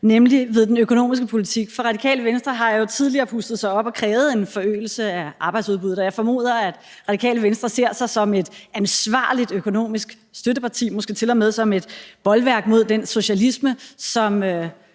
nemlig ved den økonomiske politik. For Radikale Venstre har jo tidligere pustet sig op og krævet en forøgelse af arbejdsudbuddet, og jeg formoder, at Radikale Venstre ser sig som et ansvarligt økonomisk støtteparti, måske til og med som et bolværk mod den socialisme, som